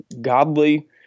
godly